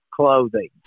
clothing